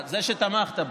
זה שתמכת בו,